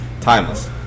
timeless